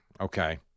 okay